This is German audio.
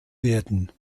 werden